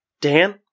Dan